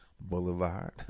Boulevard